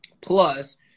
Plus